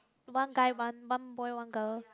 one guy one one boy one girl